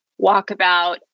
walkabout